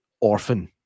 Orphan